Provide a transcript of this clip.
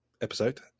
episode